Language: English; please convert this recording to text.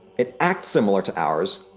it acts similar to ours,